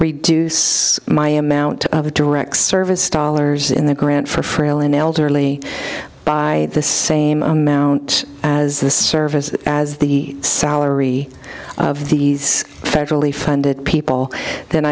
reduce my amount of direct service dollars in the grant for frail and elderly by the same amount as the service as the salary of these federally funded people then